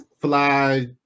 fly